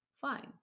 Fine